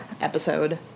episode